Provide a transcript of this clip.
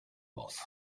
boss